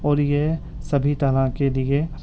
اور یہ سبھی طرح کے لئے